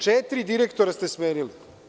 Četiri direktora ste smenili.